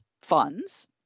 funds